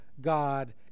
God